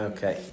Okay